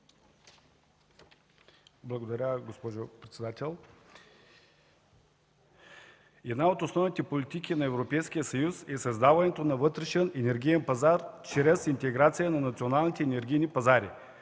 Благодаря, госпожо председател.